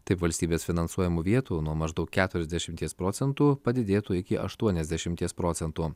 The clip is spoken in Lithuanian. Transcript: taip valstybės finansuojamų vietų nuo maždaug keturiasdešimies procentų padidėtų iki aštuoniasdešimies procentų